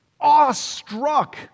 awestruck